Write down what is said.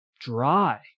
dry